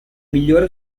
migliori